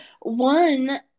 one